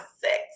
six